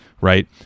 right